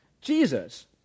Jesus